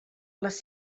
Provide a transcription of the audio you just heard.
les